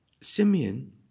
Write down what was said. Simeon